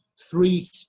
three